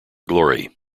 glory